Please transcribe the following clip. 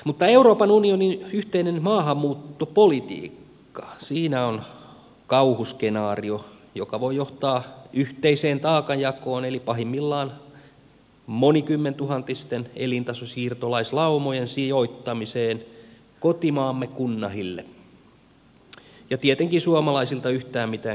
mutta euroopan unionin yhteinen maahanmuuttopolitiikka siinä on kauhuskenaario joka voi johtaa yhteiseen taakanjakoon eli pahimmillaan monikymmentuhantisten elintasosiirtolaislaumojen sijoittamiseen kotimaamme kunnahille ja tietenkin suomalaisilta yhtään mitään kysymättä